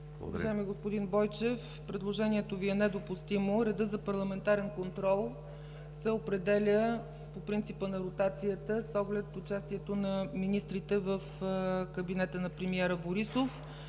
Уважаеми господин Бойчев, предложението Ви е недопустимо. Редът за парламентарен контрол се определя на принципа на ротацията с оглед участието на министрите в кабинета на премиера Борисов.